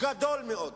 גדול מאוד,